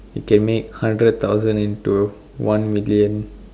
it make hundred thousand into one million